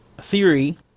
theory